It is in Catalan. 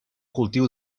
cultiu